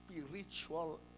spiritual